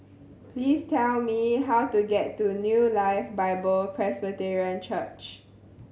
please tell me how to get to New Life Bible Presbyterian Church